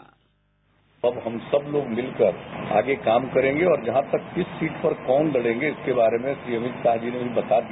bite Nitish Kumar अब हम सब लोग मिलकर आगे काम करेंगे और जहां तक किस सीट में कौन लडेंगे इसके बारे में श्री अमित शाह जी ने बता दिया